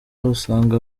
usanga